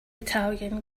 italian